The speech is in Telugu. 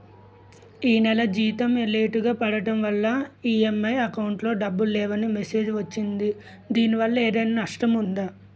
ఈ నెల జీతం లేటుగా పడటం వల్ల ఇ.ఎం.ఐ అకౌంట్ లో డబ్బులు లేవని మెసేజ్ వచ్చిందిదీనివల్ల ఏదైనా నష్టం ఉందా?